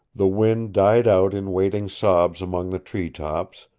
the wind died out in wailing sobs among the treetops,